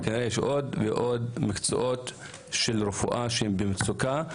וכנראה שיש עוד ועוד מקצועות של רפואה שהם במצוקה,